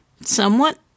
somewhat